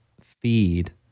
feed